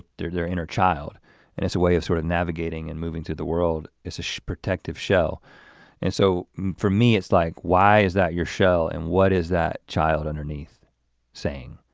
their their inner child and it's a way of sort of navigating and moving through the world. it's a protective shell and so for me it's like why is that your shell and what is that child underneath saying,